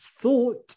thought